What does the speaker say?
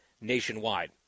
nationwide